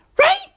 Right